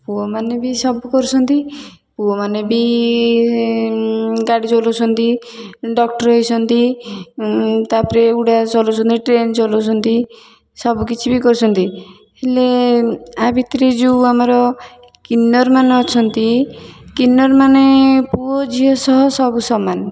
ପୁଅମାନେ ବି ସବୁ କରୁଛନ୍ତି ପୁଅମାନେ ବି ଗାଡ଼ି ଚଲାଉଛନ୍ତି ଡକ୍ଟର ହେଇଛନ୍ତି ତା'ପରେ ଉଡ଼ାଜାହାଜ ଚଲାଉଛନ୍ତି ଟ୍ରେନ ଚଲାଉଛନ୍ତି ସବୁକିଛି ବି କରୁଛନ୍ତି ହେଲେ ଆ ଭିତରେ ଯେଉଁ ଆମର କିନ୍ନର ମାନେ ଅଛନ୍ତି କିନ୍ନରମାନେ ପୁଅଝିଅ ସହ ସବୁ ସମାନ